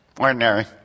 Ordinary